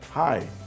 Hi